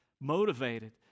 motivated